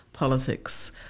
Politics